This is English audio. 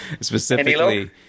specifically